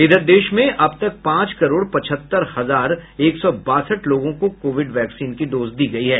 इधर देश में अब तक पांच करोड़ पचहत्तर हजार एक सौ बासठ लोगों को कोविड वैक्सीन के डोज दी जा चुकी हैं